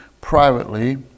privately